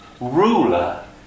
ruler